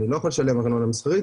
אני לא יכול לשלם ארנונה מסחרית.